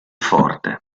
forte